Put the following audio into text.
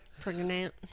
Pregnant